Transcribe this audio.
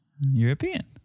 European